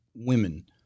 women